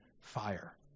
fire